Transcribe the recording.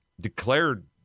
declared